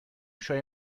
شوی